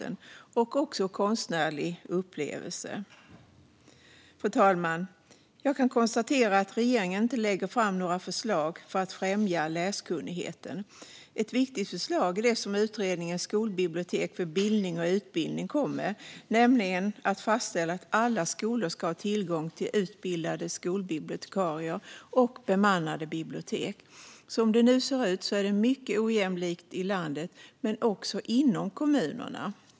Det handlar också om den konstnärliga upplevelsen. Fru talman! Jag kan konstatera att regeringen inte lägger fram några förslag för att främja läskunnigheten. Ett viktigt förslag är det som utredningen Skolbibliotek för bildning och utbildning kom med, nämligen att fastställa att alla skolor ska ha tillgång till utbildade skolbibliotekarier och bemannade bibliotek. Som det nu ser ut är det mycket ojämlikt i landet men också inom kommunerna.